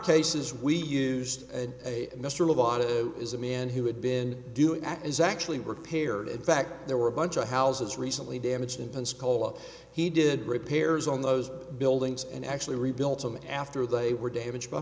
cases we used a mystery to is a man who had been doing that is actually repaired in fact there were a bunch of houses recently damaged in pensacola he did repairs on those buildings and actually rebuilt them after they were damaged by